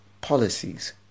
policies